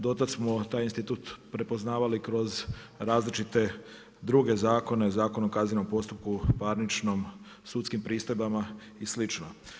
Do tada smo taj institut prepoznavali kroz različite druge zakone Zakon o kaznenom postupku, parničnom, sudskim pristojbama i slično.